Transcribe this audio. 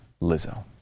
Lizzo